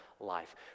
life